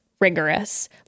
rigorous